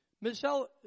Michelle